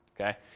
okay